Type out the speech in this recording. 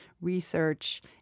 research